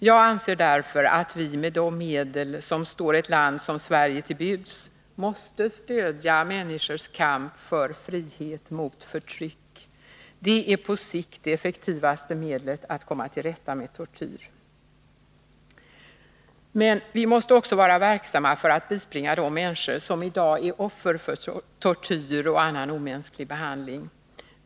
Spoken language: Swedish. Jag anser därför att vi med de medel som står ett land som Sverige till buds måste stödja människors kamp för frihet mot förtryck. Det är på sikt det effektivaste medlet att komma till rätta med tortyr. Men vi måste också vara verksamma för att bispringa de människor som i dag är offer för tortyr och annan omänsklig behandling.